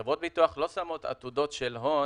חברות ביטוח לא שמות עתודות של הון